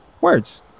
words